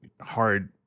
hard